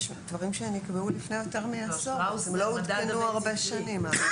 יש דברים שנקבעו לפני יותר מעשור ולא עודכנו הרבה שנים.